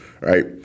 Right